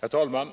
Herr talman!